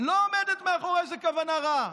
לא עומדת מאחורי זה כוונה רעה.